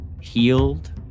healed